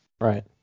Right